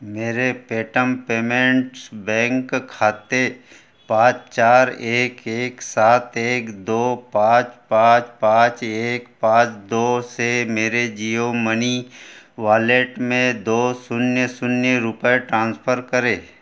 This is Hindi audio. मेरे पेटम पेमैंट्स बैंक खाते पाँच चार एक एक सात एक दो पाँच पाँच पाँच एक पाँच दो से मेरे जियोमनी वालेट में दो शून्य शून्य रुपय ट्रांसफर करें